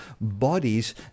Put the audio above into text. bodies